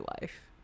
life